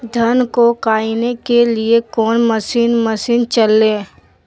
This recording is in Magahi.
धन को कायने के लिए कौन मसीन मशीन चले?